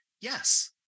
yes